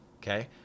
okay